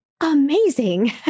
amazing